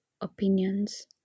opinions